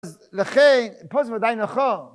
לכן פה זה וודאי נכון.